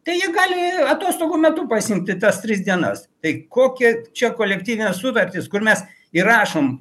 tai jie gali atostogų metu pasiimti tas tris dienas tai kokia čia kolektyvinė sutartis kur mes įrašom